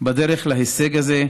בדרך להישג הזה.